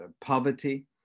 poverty